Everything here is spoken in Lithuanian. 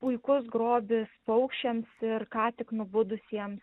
puikus grobis paukščiams ir ką tik nubudusiems